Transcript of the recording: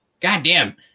goddamn